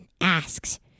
asks